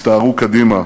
והסתערו קדימה,